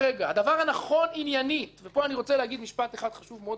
הדבר הנכון עניינית ופה אני רוצה לומר משפט חשוב בהקשרים חוקתיים: